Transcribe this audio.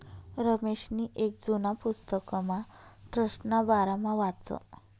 रमेशनी येक जुना पुस्तकमा ट्रस्टना बारामा वाचं